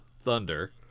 Thunder